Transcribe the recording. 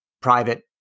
private